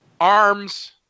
arms